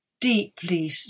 deeply